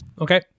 Okay